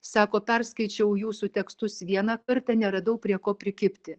sako perskaičiau jūsų tekstus vieną kartą neradau prie ko prikibti